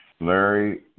Larry